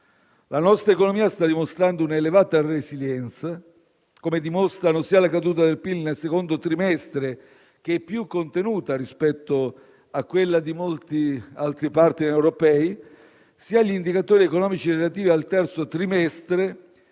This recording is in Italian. La nostra economia sta dimostrando un'elevata resilienza, come dimostrano sia la caduta del PIL nel secondo trimestre (più contenuta rispetto a quella di molti altri *partner* europei) sia gli indicatori economici relativi al terzo trimestre